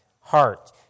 heart